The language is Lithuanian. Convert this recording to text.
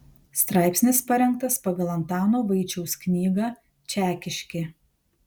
straipsnis parengtas pagal antano vaičiaus knygą čekiškė